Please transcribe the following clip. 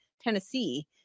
Tennessee